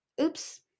oops